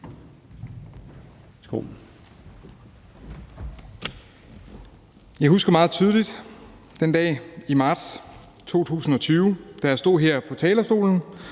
Jeg husker meget tydeligt den dag i marts 2020, da jeg stod her på talerstolen